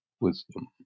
wisdom